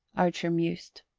archer mused,